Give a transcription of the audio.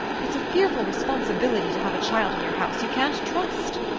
it's a fearful responsibility to have a child in your house you can't trust.